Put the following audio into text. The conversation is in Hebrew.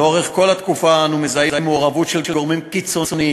לאורך כל התקופה אנו מזהים מעורבות של גורמים קיצוניים